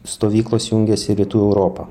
stovyklos jungiasi rytų europa